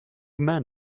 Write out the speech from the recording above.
men